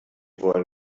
wollen